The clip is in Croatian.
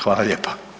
Hvala lijepa.